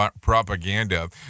propaganda